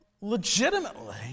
legitimately